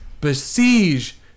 besiege